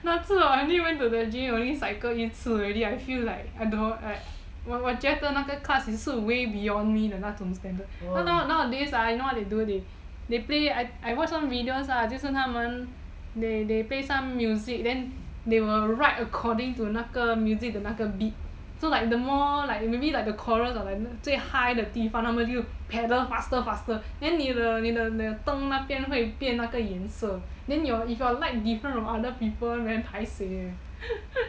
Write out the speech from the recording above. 那次 hor I went to the gym only cycle 一次 only I feel like I don't like 我觉得那个 class is way beyond me 的那种 standard nowadays ah you know what they do they play I watch some videos ah 就是他们 they they play some music then they will ride according to 那个 music 的那个 beat so like the more like maybe the chorus or like 最 high 的地方他们就 pedal faster faster then 你的你的灯那边会变那个颜色 then if your light different from other people then paiseh eh